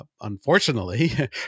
Unfortunately